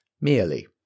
merely